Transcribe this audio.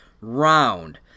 round